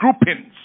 groupings